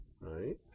right